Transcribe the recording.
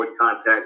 contact